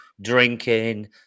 drinking